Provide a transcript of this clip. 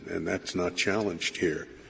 and that's not challenged here.